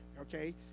okay